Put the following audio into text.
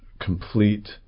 complete